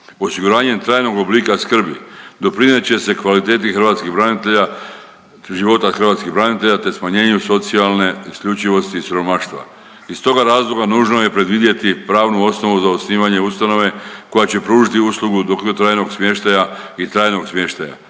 Osiguranjem trajnog oblika skrbi doprinijet će se kvaliteti hrvatskih branitelja života hrvatskih branitelja te smanjenju socijalne isključivosti i siromaštva. Iz toga razloga nužno je predvidjeti pravnu osobu za osnivanje ustanove koja će pružiti uslugu dugotrajnog smještaja i trajnog smještaja